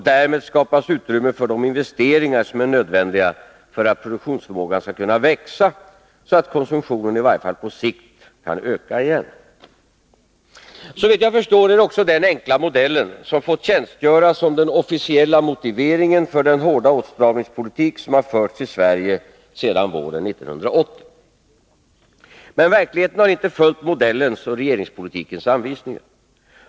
Därmed skapas utrymme för de investeringar som är nödvändiga för att produktionsförmågan skall kunna växa, så att konsumtionen i varje fall på sikt kan öka igen. Såvitt jag förstår är det också denna enkla modell som fått tjänstgöra som den officiella motiveringen för den hårda åtstramningspolitik som förts i Sverige sedan våren 1980. Men verkligheten har inte följt modellens och regeringspolitikens anvisningar.